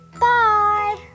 Bye